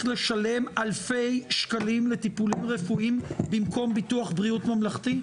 לשלם אלפי שקלים לטיפולים רפואיים במקום ביטוח בריאות ממלכתי?